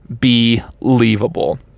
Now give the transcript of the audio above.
Believable